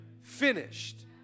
finished